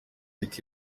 week